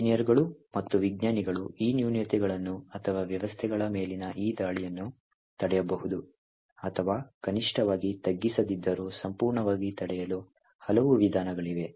ಎಂಜಿನಿಯರ್ಗಳು ಮತ್ತು ವಿಜ್ಞಾನಿಗಳು ಈ ನ್ಯೂನತೆಗಳನ್ನು ಅಥವಾ ವ್ಯವಸ್ಥೆಗಳ ಮೇಲಿನ ಈ ದಾಳಿಯನ್ನು ತಡೆಯಬಹುದು ಅಥವಾ ಕನಿಷ್ಠವಾಗಿ ತಗ್ಗಿಸದಿದ್ದರೂ ಸಂಪೂರ್ಣವಾಗಿ ತಡೆಯಲು ಹಲವು ವಿಧಾನಗಳಿವೆ